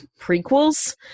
prequels